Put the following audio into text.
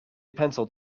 pencil